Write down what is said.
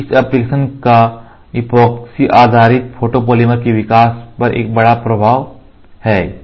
तो इस एप्लिकेशन का ईपॉक्सी आधारित फोटोपॉलीमर के विकास पर एक बड़ा प्रभाव है